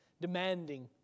demanding